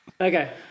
Okay